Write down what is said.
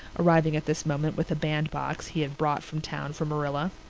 arriving at this moment with a bandbox he had brought from town for marilla.